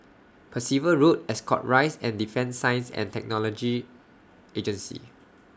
Percival Road Ascot Rise and Defence Science and Technology Agency